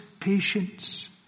patience